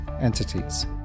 entities